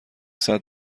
ساعت